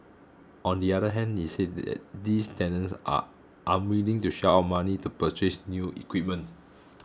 on the other hand he said that these tenants are unwilling to shell out money to purchase new equipment